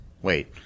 Wait